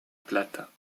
plata